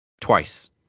Twice